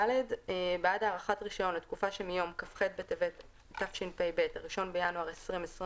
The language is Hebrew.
בעד הארכת רישיון לתקופה שמיום כ"ח בטבת התשפ"ב (1 בינואר 2022)